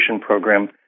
program